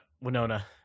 Winona